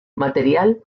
material